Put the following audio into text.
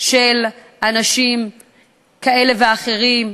של אנשים כאלה ואחרים,